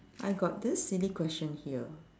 I got this silly question here